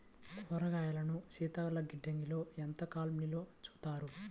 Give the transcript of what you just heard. కూరగాయలను శీతలగిడ్డంగిలో ఎంత కాలం నిల్వ ఉంచుతారు?